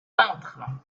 peintre